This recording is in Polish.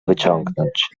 wyciągnąć